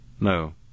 No